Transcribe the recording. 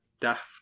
daft